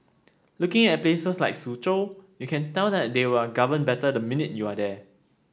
looking at places like Suzhou you can tell that they are governed better the minute you are there